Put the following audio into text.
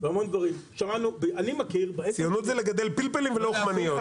אני מכיר בעסק שלי --- ציונות זה לגדל פלפלים ולא אוכמניות.